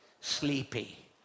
sleepy